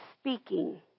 speaking